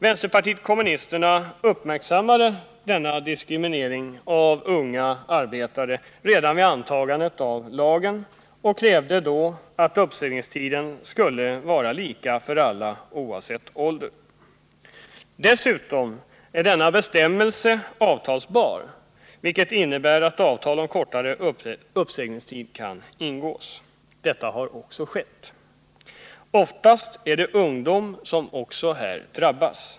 Vänsterpartiet kommunisterna uppmärksammade denna diskriminering av unga arbetare redan vid antagandet av lagen och krävde då att uppsägningstiden skulle vara lika för alla, oavsett ålder. Dessutom är denna bestämmelse avtalsbar, vilket innebär att avtal om kortare uppsägningstid kan ingås. Detta har också skett. Oftast är det ungdom som också här drabbas.